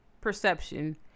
perception